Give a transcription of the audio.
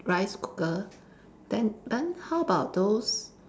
rice cooker then then how about those